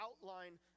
outline